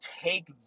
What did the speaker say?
take